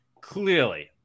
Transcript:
clearly